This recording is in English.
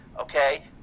okay